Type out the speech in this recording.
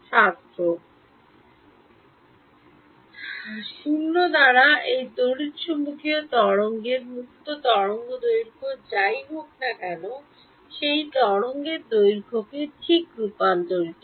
Λ0 দ্বারা এটি তড়িৎ চৌম্বকীয় তরঙ্গের মুক্ত তরঙ্গ দৈর্ঘ্য যাই হোক না কেন সেই তরঙ্গের দৈর্ঘ্যকে ঠিক রূপান্তরিত করে